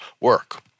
work